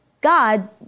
God